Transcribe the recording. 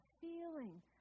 feeling